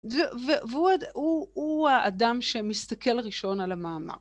והוא האדם שמסתכל ראשון על המאמר.